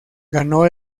ganó